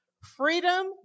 Freedom